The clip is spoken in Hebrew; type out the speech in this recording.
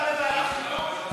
אתה בוועדת החינוך?